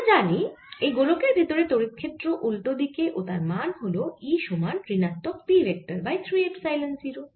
আমি জানি এই গোলকের ভেতরে তড়িৎ ক্ষেত্র উল্টো দিকে ও তার মান হল E সমান ঋণাত্মক P ভেক্টর বাই 3 এপসাইলন 0